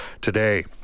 today